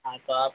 हाँ तो आप